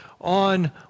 on